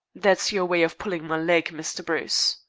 that's your way of pulling my leg, mr. bruce.